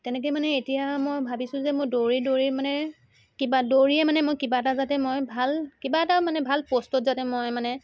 তেনেকৈ মানে এতিয়া মই ভাবিছো যে মই দৌৰি দৌৰি মানে কিবা দৌৰিয়ে মানে মই কিবা এটা যাতে মই ভাল কিবা এটা মানে ভাল প'ষ্টত যাতে মই মানে